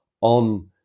on